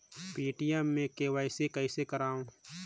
Paytm मे KYC कइसे करव?